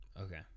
Okay